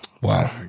wow